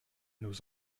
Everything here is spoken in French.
nous